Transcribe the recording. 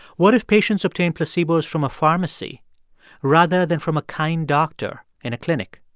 what if patients obtain placebos from a pharmacy rather than from a kind doctor in a clinic?